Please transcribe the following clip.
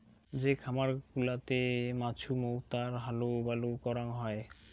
যে খামার গুলাতে মাছুমৌতাই হালুবালু করাং হই